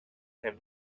him